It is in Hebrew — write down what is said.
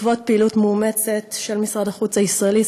בעקבות פעילות מאומצת של משרד החוץ הישראלי,